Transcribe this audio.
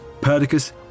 Perdiccas